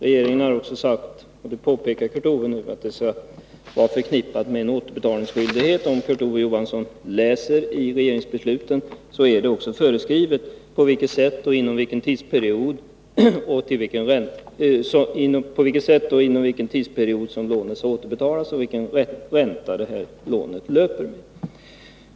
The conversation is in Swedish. Regeringen har också sagt — och den frågan tar Kurt Ove Johansson upp nu — att lånet skall vara förknippat med återbetalningsskyldighet. Om Kurt Ove Johansson läser regeringsbesluten finner han också att det är föreskrivet på vilket sätt och inom vilken tidsperiod som lånet skall återbetalas och vilken ränta lånet löper med.